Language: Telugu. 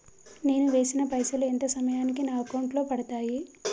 నేను వేసిన పైసలు ఎంత సమయానికి నా అకౌంట్ లో పడతాయి?